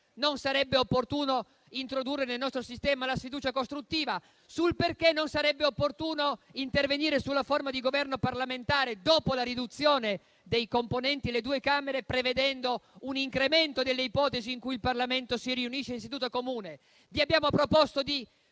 non sarebbe opportuno introdurre nel nostro sistema la sfiducia costruttiva; sul perché non sarebbe opportuno intervenire sulla forma di governo parlamentare dopo la riduzione dei componenti delle due Camere, prevedendo un incremento delle ipotesi in cui il Parlamento si riunisce in seduta comune. Vi abbiamo proposto di